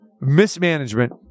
mismanagement